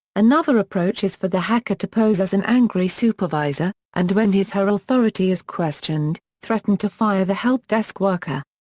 another approach is for the hacker to pose as an angry supervisor, and when his her authority is questioned, threaten to fire the help-desk worker.